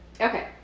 Okay